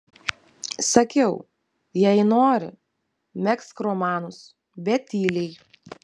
sakiau jei nori megzk romanus bet tyliai